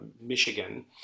Michigan